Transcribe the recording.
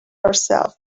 yourself